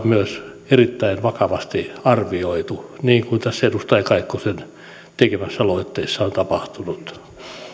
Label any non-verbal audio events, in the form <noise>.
<unintelligible> myös erittäin vakavasti arvioitu niin kuin tässä edustaja kaikkosen tekemässä aloitteessa on on tapahtunut